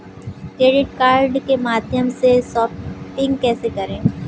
Credit card के माध्यम से शॉपिंग कैसे करें?